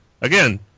Again